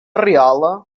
riola